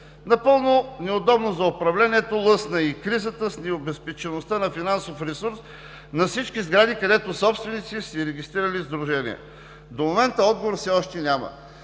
Напълно неудобно за управлението лъсна и кризата с необезпечеността на финансов ресурс на всички сгради, където собственици са регистрирали сдружение. До момента отговор все още няма.